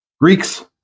Greeks